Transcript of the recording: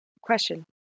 Question